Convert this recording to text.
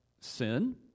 sin